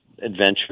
adventure